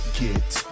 get